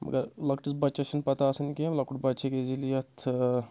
مگر لۄکٹِس بَچَس چھُنہٕ پَتہ آسان کینٛہہ لۄکُٹ بَچہِ ہیٚکہِ اِزِلی یَتھ